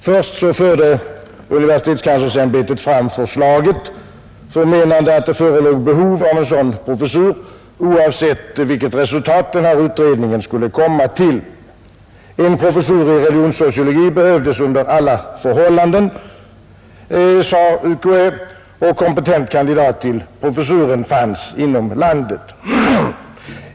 Först förde universitetskanslersämbetet fram förslaget, förmenande att det förelåg behov av en sådan professur oavsett vilket resultat utredningen skulle komma till. En professur i religionssociologi behövdes under alla förhållanden, sade UKÄ, och kompetent kandidat till professuren fanns inom landet.